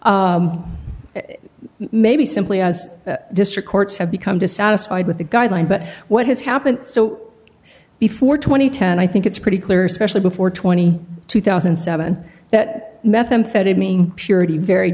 maybe simply as a district courts have become dissatisfied with the guideline but what has happened so before two thousand and ten i think it's pretty clear especially before twenty two thousand and seven that methamphetamine purity very